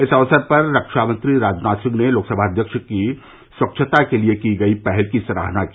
इस अवसर पर रक्षा मंत्री राजनाथ सिंह ने लोकसभा अध्यक्ष की स्वच्छता के लिए की गई पहल की सराहना की